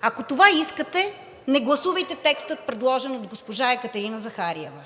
Ако това искате, не гласувайте текста, предложен от госпожа Екатерина Захариева.